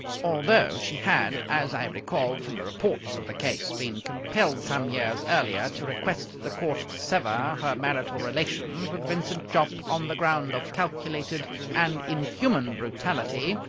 although she had, as i recalled from the reports of the case, been compelled some years earlier to request the court to sever her marital relations with vincent jopp on the ground of calculated and inhuman brutality,